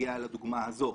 בנוגע לדוגמה הזו.